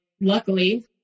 luckily